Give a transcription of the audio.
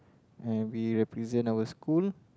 and we represent our school